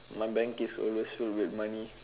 my bank is always filled with money